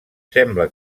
sembla